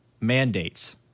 Mandates